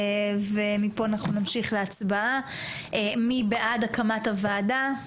מי בעד הקמת הוועדה?